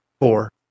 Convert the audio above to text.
four